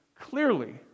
clearly